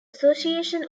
association